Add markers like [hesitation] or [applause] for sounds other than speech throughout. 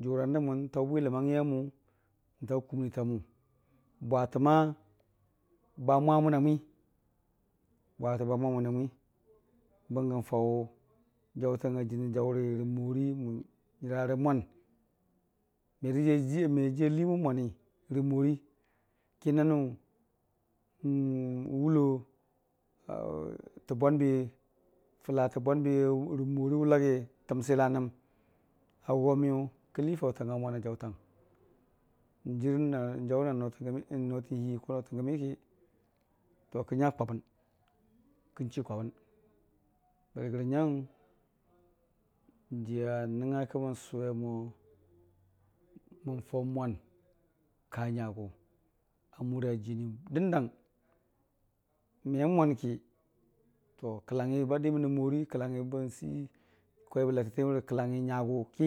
jʊran dan kʊn n'taʊ bwiləmangngi amʊ, ntaʊ kumnii tamʊ bwatə [unintelligible] ba mwa məna n'mwi, bwatə bamwa məna n'mwi bəngə n'faʊ jaʊtang a jənii jaʊri rə morii nyərarə mwan merəjii aliimən mwani rə morii, ki nanʊ [hesitation] n'wulo [hesitation] təbwanbi fəla tə bwanbiyʊ rə morii wʊlage rətəm silanəm agwa miyʊ kənlii faʊtang amwan ajaʊtang n'jiir na n'jaʊ na n'notən gəmi n'notən hiiki [unintelligible] kən nya kwabən kən chii kwabən bəri gərənyang jii a nəngngaki mən sʊwemo mən faʊ mwan ka nyagʊ amura jənii dəndang me n'mwanki kəlangngi ba dimən rə morii, kəlangngi bəri sii rə kwaibə latətiyəm rə kəlangngi nyagʊ ki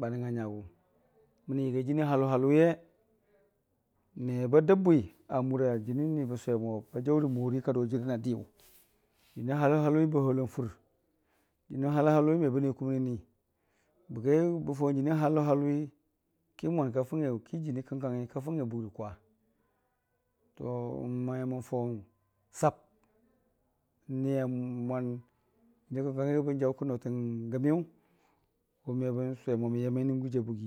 ba nəngnga nyagʊ mənii yəgai jənii halʊhalʊwiye mebə dəb bwi amurii a jənii ni bən sʊwe mo kajaʊrə morii kadʊ ajɨr na diyʊ, jənii halʊ halʊwi bə halon fɨr, jənii halʊhalʊwi mebə ne kumnii ni, bəgai bə faʊ n'jənii halʊhalʊwi ki mwan ka fʊngnge ki jənii kəngkangngi ka fʊngnge bukrə kwa [unintelligible] n'me mənfaʊ sab n'niye mwan jənii kəngkang bən jaʊ ki n'notən gəmiyʊ wʊ mebən jaʊ kibən sʊwe mo mən jame nən gujii a bugii.